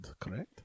correct